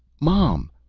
mom!